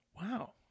Wow